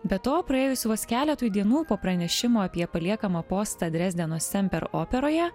be to praėjus vos keletui dienų po pranešimo apie paliekamą postą drezdeno semper operoje